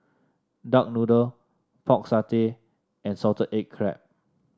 Duck Noodle Pork Satay and Salted Egg Crab